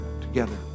together